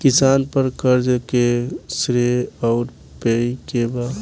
किसान पर क़र्ज़े के श्रेइ आउर पेई के बा?